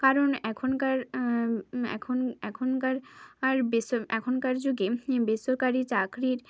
কারণ এখনকার এখন এখনকার আর বেস এখনকার যুগে বেসরকারি চাকরির